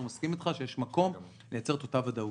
מסכים אתך שיש מקום לייצר את אותה ודאות.